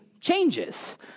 changes